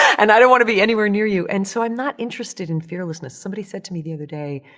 and i don't wanna be anywhere near you. and so i'm not interested in fearlessness. somebody said to me the other day,